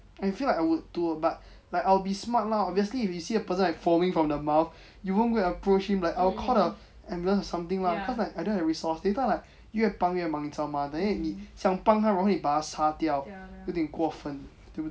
I feel like I would too but like I will be smart lah obviously if you see a person like foaming from the mouth you won't go and approach him like I will call the and lend the something lah cause like I don't have resourse later like 越帮越忙你知道吗 then 你想帮他容易把他杀掉有点过分对不对